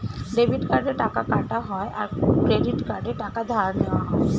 debit কার্ডে টাকা কাটা হয় আর ক্রেডিট কার্ডে টাকা ধার নেওয়া হয়